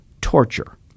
torture